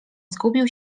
zgubił